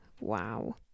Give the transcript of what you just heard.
Wow